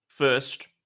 First